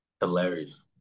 Hilarious